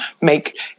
make